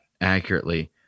accurately